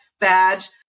badge